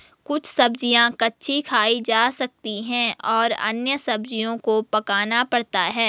कुछ सब्ज़ियाँ कच्ची खाई जा सकती हैं और अन्य सब्ज़ियों को पकाना पड़ता है